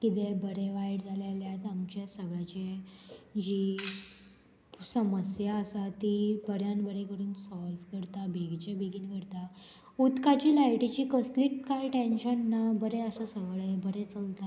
कितें बरें वायट जालें जाल्यार आमचें सगळ्यांचे जी समस्या आसा ती बऱ्यान बरें करून सोल्व करता बेगीचे बेगीन करता उदकाची लायटीची कसलीच कांय टॅन्शन ना बरें आसा सगळें बरें चलता